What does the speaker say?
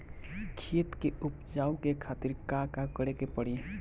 खेत के उपजाऊ के खातीर का का करेके परी?